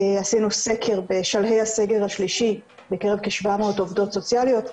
עשינו סקר בשלהי הסגר השלישי בקרב כ-700 עובדות סוציאליות,